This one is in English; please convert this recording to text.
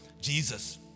Jesus